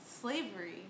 Slavery